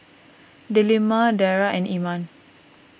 Delima Dara and Iman